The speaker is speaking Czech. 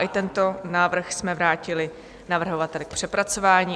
I tento návrh jsme vrátili navrhovateli k přepracování.